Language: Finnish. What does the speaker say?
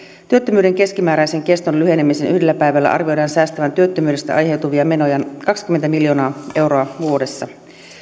työttömyyden keskimääräisen keston lyhenemisen yhdellä päivällä arvioidaan säästävän työttömyydestä aiheutuvia menoja kaksikymmentä miljoonaa euroa vuodessa